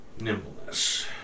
Nimbleness